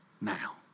now